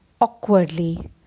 awkwardly